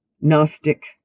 Gnostic